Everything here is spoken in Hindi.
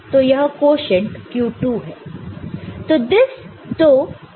तो यह क्वोशन्ट q2 है